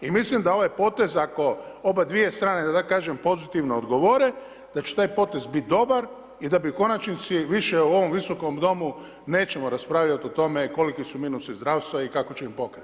I mislim da ovaj potez, ako obadvije strane, da tako kažem, pozitivno odgovore, da će taj potez biti dobar i da bi u konačnici, više u ovom Viskom domu, nećemo raspravljati o tome, koliki su minusi zdravstva i kako će ih pokriti.